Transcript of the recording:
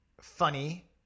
funny